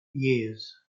years